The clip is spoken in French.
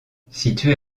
située